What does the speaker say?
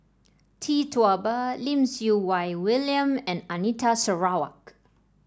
Tee Tua Ba Lim Siew Wai William and Anita Sarawak